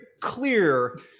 clear